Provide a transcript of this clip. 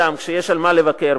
נגד האינטרסים האלה כשיש מה לבקר,